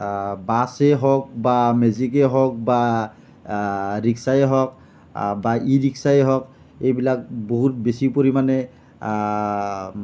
বাছেই হওক বা মেজিকেই হওক বা ৰিক্সাই হওক বা ই ৰিক্সাই হওক এইবিলাক বহুত বেছি পৰিমাণে